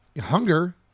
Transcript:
hunger